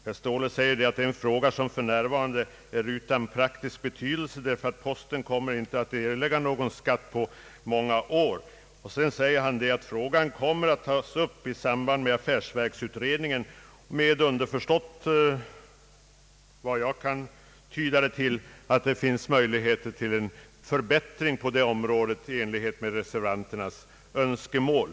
Herr Ståhle förklarar detta vara en fråga som för närvarande saknar praktisk betydelse därför att posten på många år inte kommer att erlägga någon skatt. Vidare säger han att den här frågan kommer att tas upp i samband med affärsverksutredningen med såvitt jag förstår — den underförstådda möjligheten till förbättringar på det aktuella området i enlighet med reservanternas önskemål.